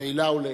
לעילא ולעילא.